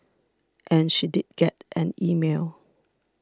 and she did get an email